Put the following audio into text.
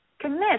commit